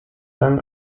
lang